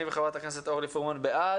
אני וחברת הכנסת אורלי פרומן בעד.